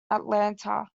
atlanta